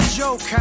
joke